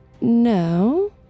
no